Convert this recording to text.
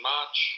March